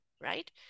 Right